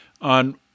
on